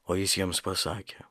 o jis jiems pasakė